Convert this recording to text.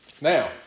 Now